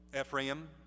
Ephraim